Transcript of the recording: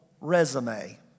resume